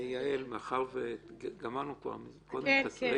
יעל, מאחר שגמרנו כבר קודם את הסבב